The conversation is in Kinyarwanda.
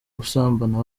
gusambana